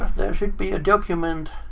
there should be a document.